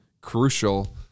crucial